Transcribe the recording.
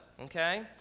Okay